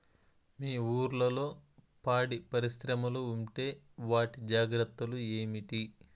మీ ఊర్లలో పాడి పరిశ్రమలు ఉంటే వాటి జాగ్రత్తలు ఏమిటి